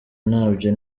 nabyo